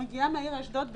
אני מגיעה מהעיר אשדוד,